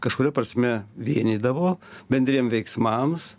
kažkuria prasme vienydavo bendriem veiksmams